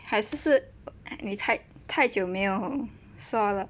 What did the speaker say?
还是你太太久没有说了